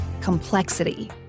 complexity